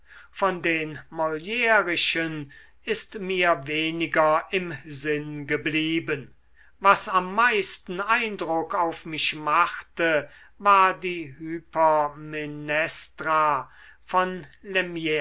von den molirischen ist mir weniger im sinn geblieben was am meisten eindruck auf mich machte war die hypermnestra von